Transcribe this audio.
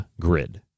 grid